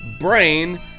brain